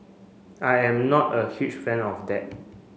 I am not a huge fan of that